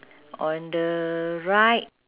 on the right